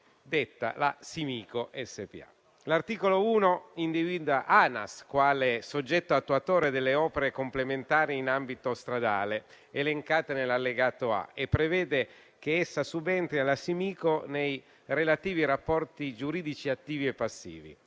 statali (ANAS SpA) quale soggetto attuatore delle opere complementari in ambito stradale, elencate nell'allegato A, e prevede che subentri alla Simico nei relativi rapporti giuridici attivi e passivi,